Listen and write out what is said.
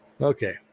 Okay